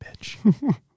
bitch